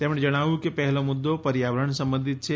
તેમણે જણાવ્યું કે પહેલો મુદ્દો પર્યાવરણ સંબધિત છે